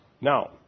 Now